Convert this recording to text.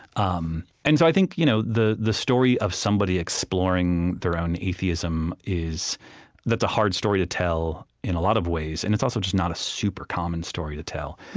um and so, i think you know the the story of somebody exploring their own atheism is that's a hard story to tell, in a lot of ways, and it's also just not a super-common story to tell.